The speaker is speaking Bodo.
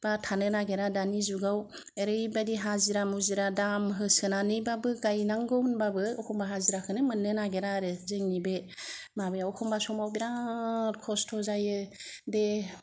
बा थानो नागेरा दानि जुगाव ओरैबायदि हाजिरा मुजिरा दाम होसोनानैबाबो गायनांगौ होनबाबो एखम्बा हाजिराखौनो मोननो नागेरा आरो जोंनि बे माबायाव एखम्बा समाव बिरात खस्त' जायो दे